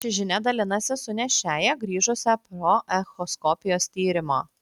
šia žinia dalinasi su nėščiąja grįžusia po echoskopijos tyrimo